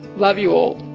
love you all!